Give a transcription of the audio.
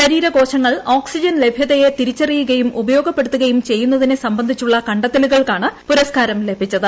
ശരീര കോശങ്ങൾ ഓക്സിജൻ ലഭ്യതയെ തിരിച്ചറിയുകയും ഉപയോഗപ്പെടുത്തുകയും ചെയ്യുന്നതിനെ സംബന്ധിച്ചുള്ള കണ്ടെത്തലുകൾക്കാണ് പുരസ്കാരം ലഭിച്ചത്